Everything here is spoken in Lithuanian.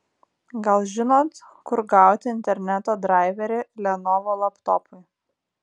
gal žinot kur gauti interneto draiverį lenovo laptopui